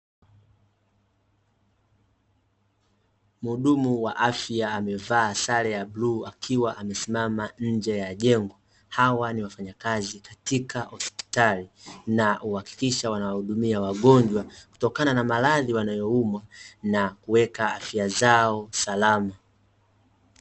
Mhudumu wa afya amevaa sare ya bluu, akiwa amesimama nje ya jengo. Hawa ni wafanyakazi katika hospitali na huhakikisha wanahudumia wagonjwa kutokana na maradhi wanayoumwa na kuweka afya zao salama.